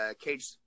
cage